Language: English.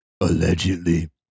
Allegedly